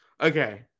Okay